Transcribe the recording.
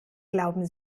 glauben